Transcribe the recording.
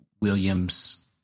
Williams